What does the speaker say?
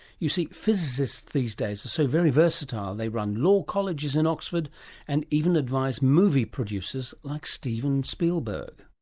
you see, physicists these days are so very versatile they run law colleges in oxford and even advise movie produces like steven spielberg.